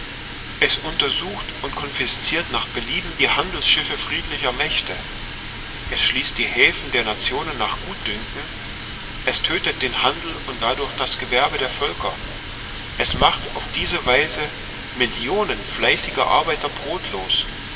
es untersucht und confiscirt nach belieben die handelsschiffe friedlicher mächte es schließt die häfen der nationen nach gutdünken es tödtet den handel und dadurch das gewerbe der völker es macht auf diese weise millionen fleißiger arbeiter brodlos